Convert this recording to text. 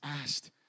asked